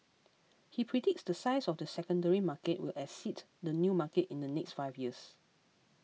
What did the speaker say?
he predicts the size of the secondary market will exceed the new market in the next five years